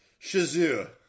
Shazoo